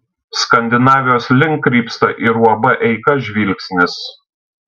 skandinavijos link krypsta ir uab eika žvilgsnis